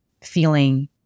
feeling